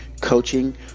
coaching